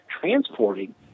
transporting